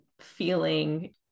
feeling